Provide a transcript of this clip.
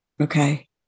Okay